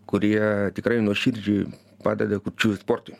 kurie tikrai nuoširdžiai padeda kurčiųjų sportui